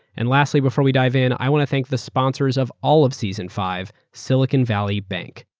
and lastly, before we dive in, i want to thank the sponsors of all of season five, silicon valley bank.